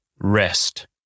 rest